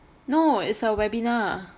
no it's a webinar